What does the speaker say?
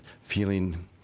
feeling